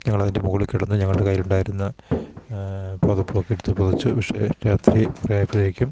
ഞങ്ങളതിൻ്റെ മുകളിൽ കിടന്ന് ഞങ്ങളുടെ കയ്യിലുണ്ടായിരുന്ന പുതപ്പും ഒക്കെ എടുത്ത് പുതച്ചു പക്ഷെ രാത്രി കുറേ ആയപ്പോഴേക്കും